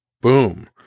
Boom